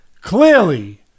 clearly